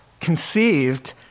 conceived